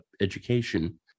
education